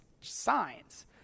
signs